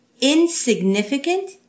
insignificant